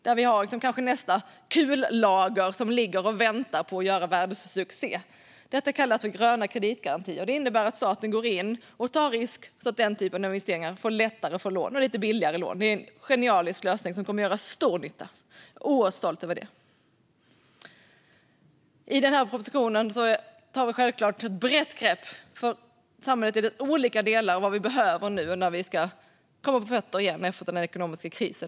Där kan nästa kullager ligga och vänta på att göra världssuccé. Detta kallas för gröna kreditgarantier, och det innebär att staten går in och tar risken så att den typen av investeringar lättare får billiga lån. Det är en genialisk lösning som kommer att göra stor nytta, och jag är oerhört stolt över den. I propositionen tar vi självklart ett brett grepp om vad som behövs i de olika delarna av samhället för att komma på fötter igen efter den ekonomiska krisen.